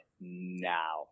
now